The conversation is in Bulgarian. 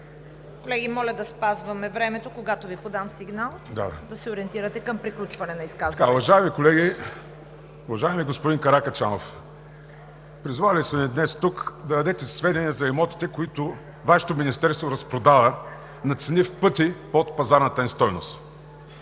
Колеги, моля да спазваме времето – когато Ви подам сигнал, да се ориентирате към приключване на изказването. ДЕСИСЛАВ ЧУКОЛОВ (Нечленуващ в ПГ): Уважаеми колеги! Уважаеми господин Каракачанов, призовали сме Ви днес тук да дадете сведения за имотите, които Вашето министерство разпродава на цени – в пъти под пазарната им стойност.